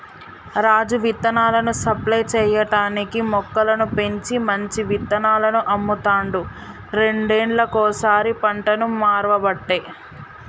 రాజు విత్తనాలను సప్లై చేయటానికీ మొక్కలను పెంచి మంచి విత్తనాలను అమ్ముతాండు రెండేళ్లకోసారి పంటను మార్వబట్టే